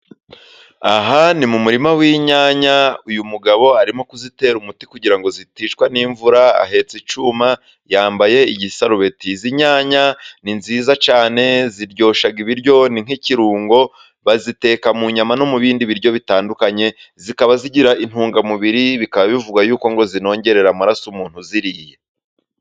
Aha ni mu murima w'inyanya, uyu mugabo arimo kuzitera umuti kugira ngo ziticwa n'imvura, ahetse icyuma yambaye igisarubeti, izi nyanya ni nziza cyane ziryoshya ibiryo ni nk'ikirungo, baziteka mu nyama no mu bindi biryo bitandukanye, zikaba zigira intungamubiri bikaba bivugwa yuko, ngo zinongerera amaraso umuntu uziriye.